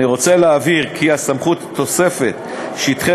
אני רוצה להבהיר כי הסמכות לתוספת שטחי